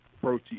protein